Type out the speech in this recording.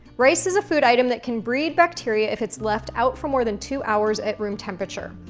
rice is a food item that can breed bacteria if it's left out for more than two hours at room temperature,